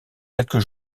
quelques